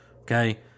Okay